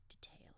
detail